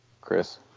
Chris